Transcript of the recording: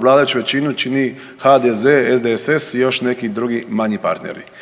vladajuću većinu čini HDZ, SDSS i još neki drugi manji partneri